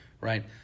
right